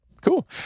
cool